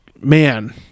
man